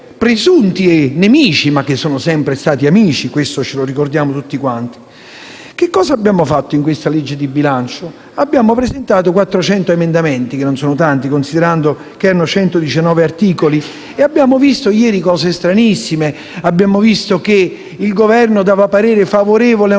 presunti nemici, che sono sempre stati amici (questo lo ricordiamo tutti quanti). Che cosa abbiamo fatto con riferimento a questa legge di bilancio? Abbiamo presentato 400 emendamenti, che non sono tanti, considerando che gli articoli erano 119, e abbiamo visto ieri cose stranissime: abbiamo osservato che il Governo dava parere favorevole a